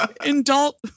adult